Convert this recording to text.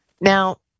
Now